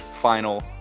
final